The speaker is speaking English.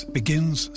begins